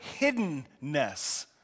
hiddenness